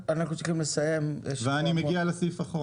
הסעיף הבא